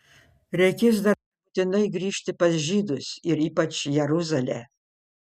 reikės dar būtinai grįžti pas žydus ir ypač jeruzalę